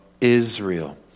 Israel